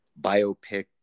biopic